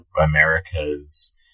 America's